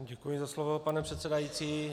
Děkuji za slovo, pane předsedající.